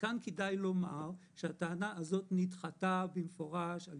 כאן כדאי לומר שהטענה הזאת נדחתה במפורש על